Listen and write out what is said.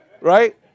right